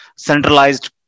centralized